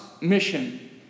Mission